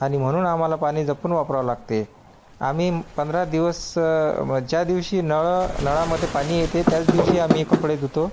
आणि म्हणून आम्हाला पाणी जपून वापरावं लागते आम्ही म् पंधरा दिवस ज्या दिवशी नळं नळामध्ये पाणी येते त्याच दिवशी आम्ही कपडे धुतो